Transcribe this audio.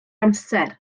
amser